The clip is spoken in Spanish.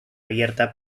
abierta